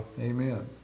amen